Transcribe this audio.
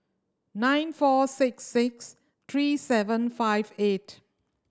nine four six six three seven five eight